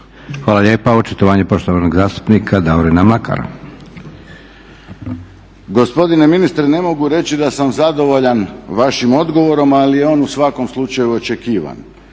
Hvala lijepa. Očitovanje poštovanog zastupnika Davorina Mlakara. **Mlakar, Davorin (HDZ)** Gospodine ministre ne mogu reći da sam zadovoljan vašim odgovorom, ali je on u svakom slučaju očekivan.